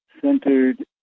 centered